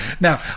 Now